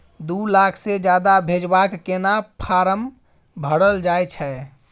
दू लाख से ज्यादा भेजबाक केना फारम भरल जाए छै?